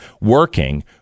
working